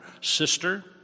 sister